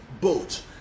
boat